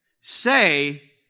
say